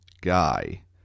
guy